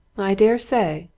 i dare say!